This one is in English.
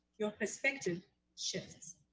your perspective shifts.